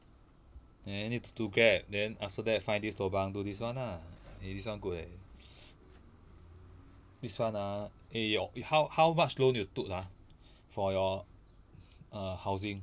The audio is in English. and need to do grab then ah so then I find this lobang do this one ah eh this one good leh this one ah eh your how how much loan you took ah for your err housing